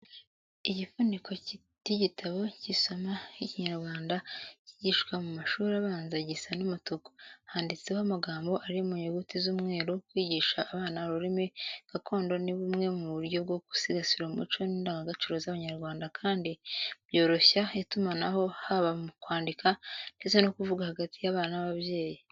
Igifuniko cy'igitabo cy'isomo ry'ikinyarwanda kigishwa mu mashuri abanza gisa n'umutuku, handitseho amagambo ari mu nyuguti z'umweru. Kwigisha abana ururimi gakondo ni bumwe mu buryo bwo gusigasira umuco n'indangagaciro z'abanyarwanda kandi byoroshya itumanaho, haba mu kwandika ndetse no kuvuga hagati y'abana n'ababyeyi.